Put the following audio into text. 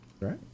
Right